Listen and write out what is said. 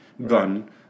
Gun